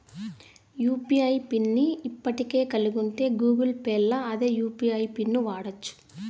UPI pin ని ఇప్పటికే కలిగుంటే గూగుల్ పేల్ల అదే యూ.పి.ఐ పిన్ను వాడచ్చు